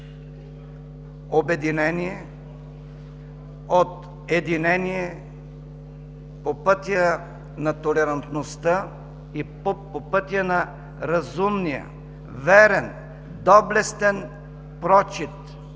обединение, от единение по пътя на толерантността и по пътя на разумния, верен, доблестен прочит